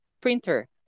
printer